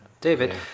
David